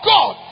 God